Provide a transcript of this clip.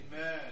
Amen